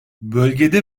bölgede